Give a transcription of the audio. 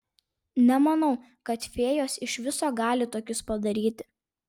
nemanau kad fėjos iš viso gali tokius padaryti